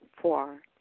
Four